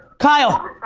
kyle.